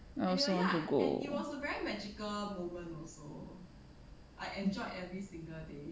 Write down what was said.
I also wan to go